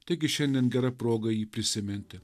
taigi šiandien gera proga jį prisiminti